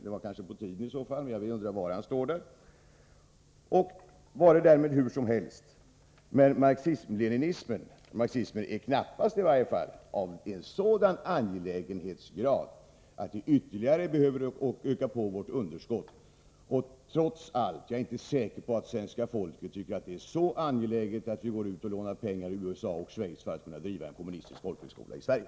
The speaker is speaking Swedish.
Det är kanske på tiden i så fall, men jag undrar var han finns. Vare därmed hur som helst — marxismen är knappast av en sådan angelägenhetsgrad att vi behöver ytterligare öka vårt budgetunderskott för att driva denna skola. Och jag är trots allt inte säker på att svenska folket tycker att det är särskilt angeläget att vi går ut och lånar pengar i USA och Schweiz för att kunna driva en kommunistisk folkhögskola i Sverige.